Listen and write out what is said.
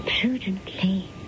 Prudently